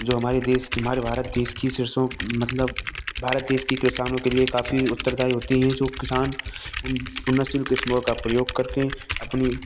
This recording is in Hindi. जो हमारे देश की हमारे भारत देश की सरसों मतलब भारत देश के किसानों के लिए काफ़ी उत्तरदाई होती है जो किसान उन्नतशील किस्मों का प्रयोग करके अपनी